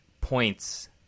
points